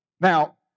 Now